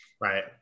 Right